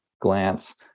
glance